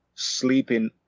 sleeping